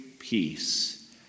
peace